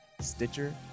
Stitcher